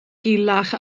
gulach